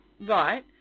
Right